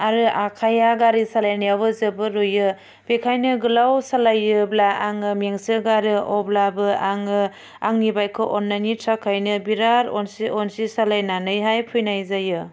आरो आखाया गारि सालायनायावबो जोबोर रुयो बेखायनो गोलाव सालायोब्ला आङो मेंसोगारो अब्लाबो आङो आंनि बाइकखौ अन्नायनि थाखायनो बिराथ अनसि अनसि सालायनानैहाय फैनाय जायो